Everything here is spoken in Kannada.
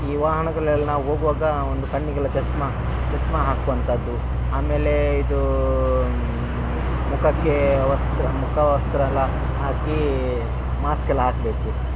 ಈ ವಾಹನದಲ್ಲೆಲ್ಲ ನಾವು ಹೋಗುವಾಗ ಒಂದು ಕಣ್ಣಿಗೆಲ್ಲ ಚಸ್ಮ ಚಸ್ಮ ಹಾಕುವಂಥದ್ದು ಆಮೇಲೆ ಇದು ಮುಖಕ್ಕೆ ವಸ್ತ್ರ ಮುಖವಸ್ತ್ರ ಎಲ್ಲ ಹಾಕಿ ಮಾಸ್ಕ್ ಎಲ್ಲ ಹಾಕಬೇಕು